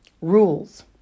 Rules